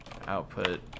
output